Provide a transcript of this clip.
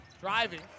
driving